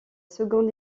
seconde